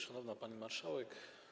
Szanowna Pani Marszałek!